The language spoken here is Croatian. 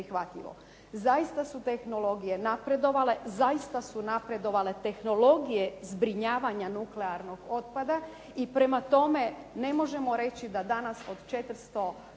Zaista su tehnologije napredovale, zaista su napredovale tehnologije zbrinjavanja nuklearnog otpada. I prema tome, ne možemo reći da danas od 440